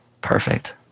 perfect